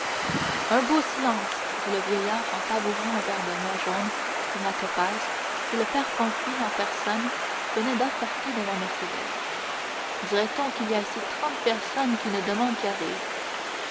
un beau silence dit le vieillard en savourant un verre de vin jaune comme la topaze que le père pamphile en personne venait d'apporter devant mercédès dirait-on qu'il y a ici trente personnes qui ne demandent qu'à rire